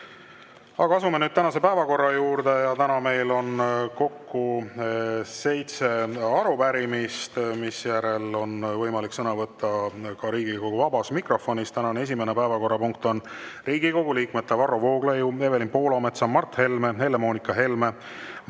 Aga asume nüüd tänase päevakorra juurde. Täna meil on kokku seitse arupärimist ja seejärel on võimalik sõna võtta ka Riigikogu vabas mikrofonis. Tänane esimene päevakorrapunkt on Riigikogu liikmete Varro Vooglaiu, Evelin Poolametsa, Mart Helme, Helle-Moonika Helme,